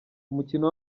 umukino